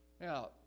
Now